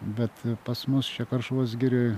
bet pas mus čia karšuvos girioj